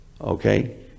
okay